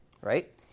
right